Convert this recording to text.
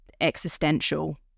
existential